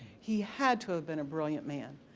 he had to have been a brilliant man.